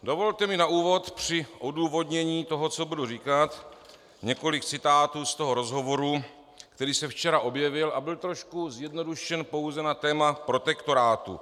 Dovolte mi na úvod při odůvodnění toho, co budu říkat, několik citátů z toho rozhovoru, který se včera objevil a byl trochu zjednodušen pouze na téma protektorátu.